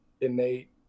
innate